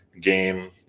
game